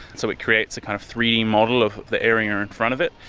so it creates a kind of three d model of the area in front of it,